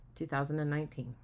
2019